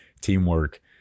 teamwork